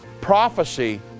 Prophecy